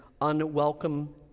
unwelcome